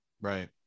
Right